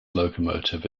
locomotive